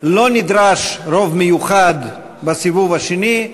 לא נדרש רוב מיוחד בסיבוב השני.